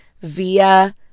via